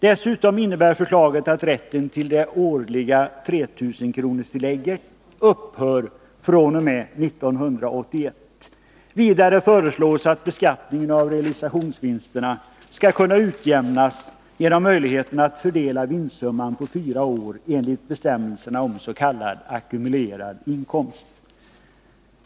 Dessutom innebär förslaget att rätten till det årliga 3 000-kronorstillägget upphör fr.o.m. 1981. Vidare föreslås att beskattningen av realisationsvinsterna skall kunna utjämnas genom möjligheten att fördela vinstsumman på fyra år enligt bestämmelserna om s.k. ackumulerad inkomst.